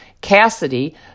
Cassidy